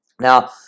Now